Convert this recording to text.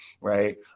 right